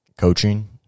coaching